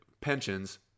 pensions